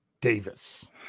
Davis